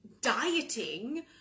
dieting